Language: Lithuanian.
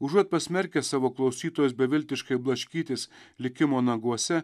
užuot pasmerkęs savo klausytojus beviltiškai blaškytis likimo naguose